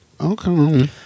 Okay